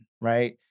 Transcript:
right